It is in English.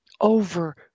Over